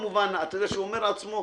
אתה יודע שהוא אומר לעצמו,